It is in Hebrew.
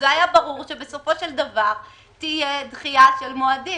היה ברור שבסופו של דבר תהיה דחיית מועדים.